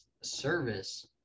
service